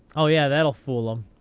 oh, yeah, that'll fool them.